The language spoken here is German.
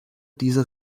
dieser